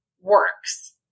works